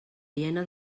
hiena